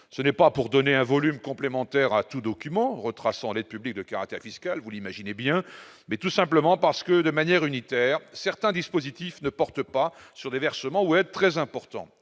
ne s'agit pas pour nous de donner un volume supplémentaire à tout document retraçant l'aide publique de caractère fiscal. Nous souhaitons cet abaissement tout simplement parce que, de manière unitaire, certains dispositifs ne portent pas sur des versements ou aides très importants.